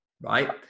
right